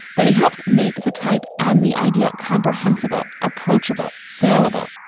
but he helped make the tape. and the idea, comprehensible, approachable, saleable.